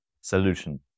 solution